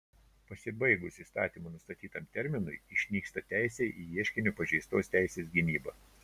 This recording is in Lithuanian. pasibaigus įstatymo nustatytam terminui išnyksta teisė į ieškinio pažeistos teisės gynybą